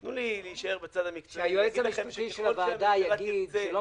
תנו לי להישאר בצד המקצועי ולהגיד לכם שככל שהממשלה תרצה --- אז